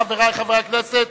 חברי חברי הכנסת,